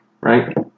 right